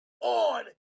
on